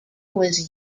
was